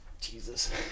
Jesus